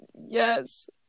yes